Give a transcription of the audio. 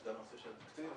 גם הנושא של תקציב,